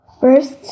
First